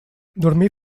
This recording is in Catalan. dormir